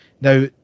Now